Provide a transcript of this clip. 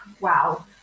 Wow